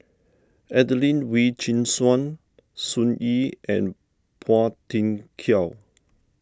Adelene Wee Chin Suan Sun Yee and Phua Thin Kiay